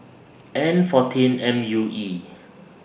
N fourteen M U E